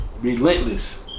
Relentless